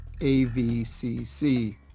avcc